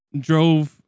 drove